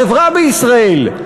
החברה בישראל,